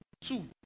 two